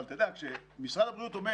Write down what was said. אבל משרד הבריאות אומר